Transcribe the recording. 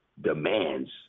demands